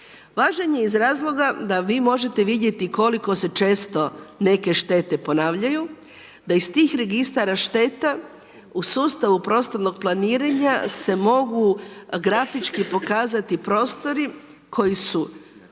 Važan je iz razloga da vi možete vidjeti koliko se često neke štete ponavljaju, da ih tih registra šteta u sustavu prostornog planiranja se mogu grafički pokazati prostori koji su